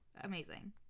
amazing